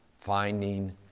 finding